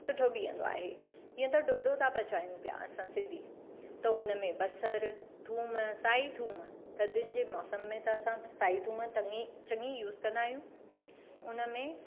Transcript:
सुठो बीहंदो आहे जीअं त ढोढो था पचायूं पिया असां सिंधी त हुन में बसरु थूम साई थूम थधियुनि जे मौसम में त असां साई थूम तंगी चङी यूस कंदा आहियूं उन में